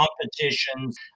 competitions